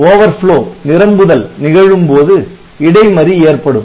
Overflow நிரம்புதல் நிகழும் போது இடை மறி ஏற்படும்